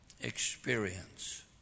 experience